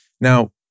Now